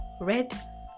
red